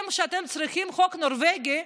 כשאתם צריכים חוק נורבגי,